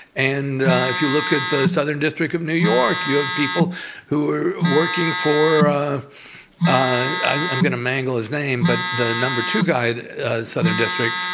and if you look at the southern district of new york, you have people who were working for i'm going to mangle his name but the number two guy at southern district.